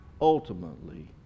ultimately